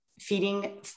feeding